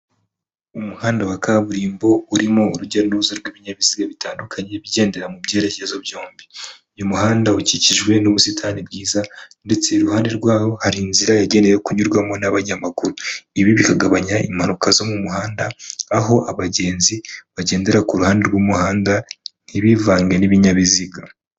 Umuhanda wa kaburimbo urimo urujya n'uruza rw'ibinyabiziga bitandukanye bigendera mu byerekezo byombi, uyu muhanda ukikijwe n'ubusitani bwiza, ndetse iruhande rwawo hari inzira yagenewe kunyurwamo n'abanyamaguru, ibi bikagabanya impanuka zo mu muhanda, aho abagenzi bagendera ku ruhande rw'umuhanda ntibivange n'ibinyabiziga.